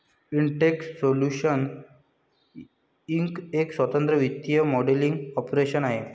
Intex Solutions Inc एक स्वतंत्र वित्तीय मॉडेलिंग कॉर्पोरेशन आहे